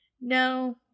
No